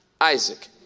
Isaac